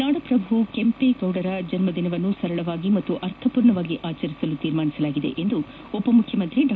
ನಾಡಪ್ರಭು ಕೆಂಪೇಗೌಡ ಅವರ ಜನ್ನ ದಿನವನ್ನು ಸರಳವಾಗಿ ಹಾಗೂ ಅರ್ಥಪೂರ್ಣವಾಗಿ ಆಚರಿಸಲು ತೀರ್ಮಾನಿಸಲಾಗಿದೆ ಎಂದು ಉಪಮುಖ್ಯಮಂತ್ರಿ ಡಾ